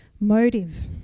motive